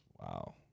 Wow